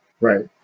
Right